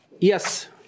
Yes